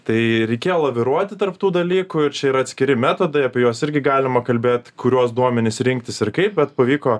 tai reikėjo laviruoti tarp tų dalykų ir čia yra atskiri metodai apie juos irgi galima kalbėt kuriuos duomenis rinktis ir kaip bet pavyko